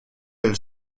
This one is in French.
elles